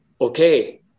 okay